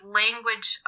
language